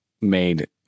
made